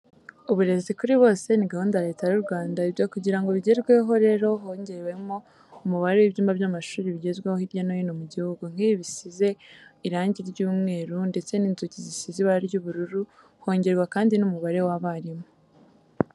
Uburezi kuri bose ni gahunda ya Leta yu Rwanda. Ibyo kugira ngo bigerweho rero hongerewe umubare w'ibyumba by'amashuri bigezweho hirya no hino mu gihugu, nk'ibi bisize irangi ry'umweru ndetse n'inzugi zisize ibara ry'ubururu, hongerwa kandi n'umubare w'abarimu.